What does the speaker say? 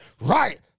right